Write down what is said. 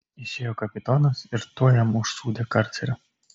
išėjo kapitonas ir tuoj jam užsūdė karcerio